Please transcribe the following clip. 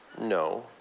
no